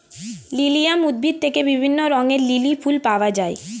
lilium উদ্ভিদ থেকে বিভিন্ন রঙের লিলি ফুল পাওয়া যায়